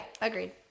agreed